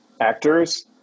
actors